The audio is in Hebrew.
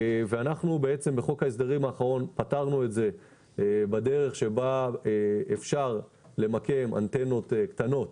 בחוק ההסדרים האחרון פתרנו את זה כך שאפשר למקם אנטנות קטנות